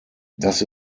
das